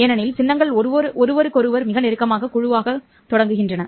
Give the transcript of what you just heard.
ஏனெனில் சின்னங்கள் ஒருவருக்கொருவர் மிக நெருக்கமாக குழுவாகத் தொடங்குகின்றன